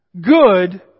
good